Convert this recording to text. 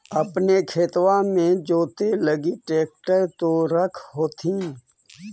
अपने खेतबा मे जोते लगी ट्रेक्टर तो रख होथिन?